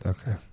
Okay